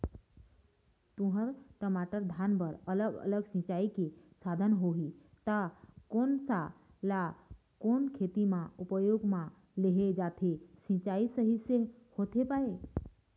तुंहर, टमाटर, धान बर अलग अलग सिचाई के साधन होही ता कोन सा ला कोन खेती मा उपयोग मा लेहे जाथे, सिचाई सही से होथे पाए?